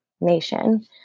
Nation